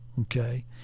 Okay